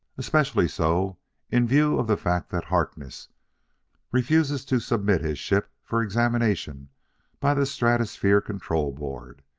especially so in view of the fact that harkness refuses to submit his ship for examination by the stratosphere control board.